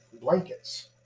blankets